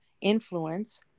influence